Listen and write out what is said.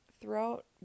throughout